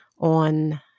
on